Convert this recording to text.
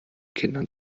kindern